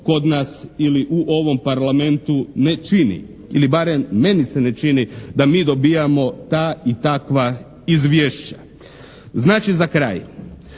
kod nas ili u ovom Parlamentu ne čini. Ili barem meni se ne čini da mi dobivamo ta i takva izvješća. Znači za kraj